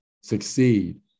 succeed